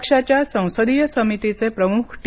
पक्षाच्या संसदीय समितीचे प्रमुख टी